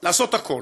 לעשות הכול.